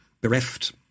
bereft